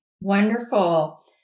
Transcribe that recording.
Wonderful